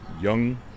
Young